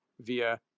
via